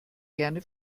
gerne